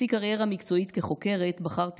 בשיא קריירה מקצועית כחוקרת בחרתי